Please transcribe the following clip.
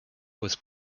was